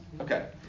Okay